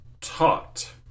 taught